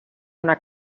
una